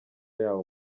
yabo